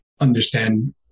understand